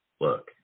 look